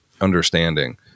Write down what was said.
understanding